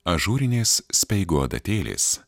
ažūrinės speigo adatėlės